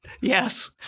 Yes